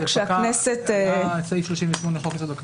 היה סעיף 38 לחוק יסוד: הכנסת.